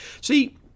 See